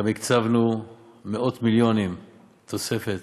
גם הקצבנו מאות מיליונים תוספת